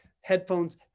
headphones